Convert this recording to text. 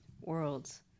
worlds